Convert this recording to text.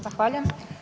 Zahvaljujem.